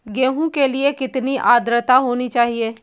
गेहूँ के लिए कितनी आद्रता होनी चाहिए?